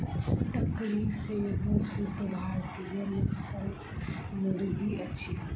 Turkey सेहो शुद्ध भारतीय नस्लक मुर्गी अछि